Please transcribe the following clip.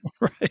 Right